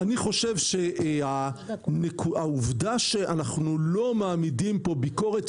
-- אני חושב שהעובדה שאנחנו לא מעמידים פה ביקורת